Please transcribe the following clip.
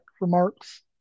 remarks